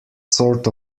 sort